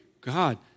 God